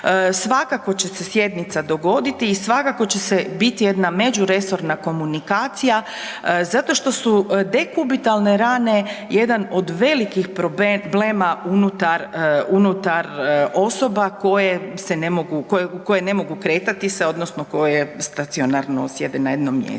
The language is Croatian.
Svakako će se sjednica dogoditi i svakako će se bit jedna međuresorna komunikacija zato što su dekubitalne rane jedan od velikih problema unutar, unutar osoba koje se ne mogu, koje, koje ne mogu kretati se odnosno koje stacionarno sjede na jednom mjestu.